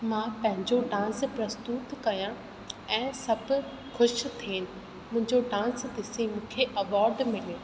मां पंहिंजो डांस प्रस्तुत कयां ऐं सभु ख़ुशि थियनि मुंहिंजो डांस ॾिसी मूंखे अवॉर्ड मिले